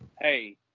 hey